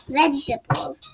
vegetables